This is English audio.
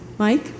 Mike